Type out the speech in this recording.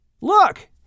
Look